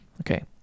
Okay